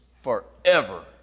Forever